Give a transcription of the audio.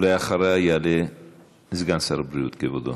ואחריה יעלה סגן שר הבריאות, כבודו.